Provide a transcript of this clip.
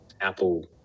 Apple